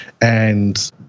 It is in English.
and-